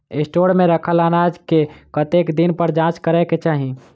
Store मे रखल अनाज केँ कतेक दिन पर जाँच करै केँ चाहि?